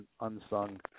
unsung